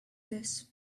this